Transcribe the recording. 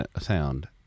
sound